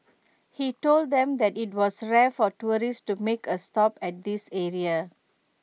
he told them that IT was rare for tourists to make A stop at this area